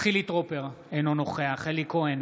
חילי טרופר, אינו נוכח אלי כהן,